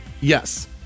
Yes